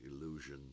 illusion